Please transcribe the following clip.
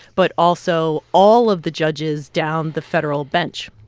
but also all of the judges down the federal bench